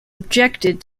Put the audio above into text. objected